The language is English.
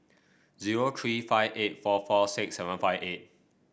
zero three five eight four four six seven five eight